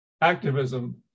activism